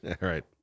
right